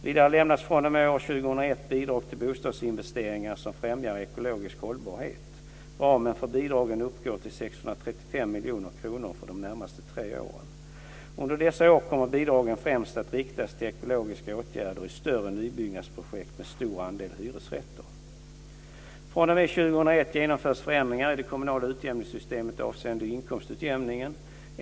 Vidare lämnas fr.o.m. år 2001 bidrag till bostadsinvesteringar som främjar ekologisk hållbarhet. Ramen för bidragen uppgår till 635 miljoner kronor för de tre närmaste åren. Under dessa år kommer bidragen att främst riktas till ekologiska åtgärder i större nybyggnadsprojekt med stor andel hyresrätter. fr.o.m. 2001 genomförs förändringar i det kommunala utjämningssystemet avseende inkomstutjämningen.